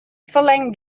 ferlern